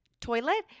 toilet